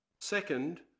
Second